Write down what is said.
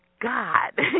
God